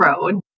road